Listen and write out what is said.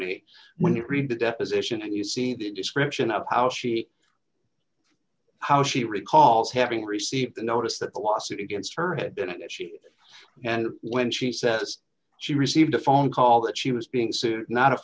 me when you read the deposition and you see the description of how she how she recalls having received a notice that a lawsuit against her had been an issue and when she says she received a phone call that she was being sued not a